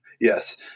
Yes